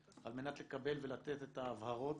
על מנת לקבל ולתת את ההבהרות,